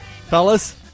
Fellas